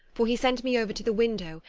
for he sent me over to the window,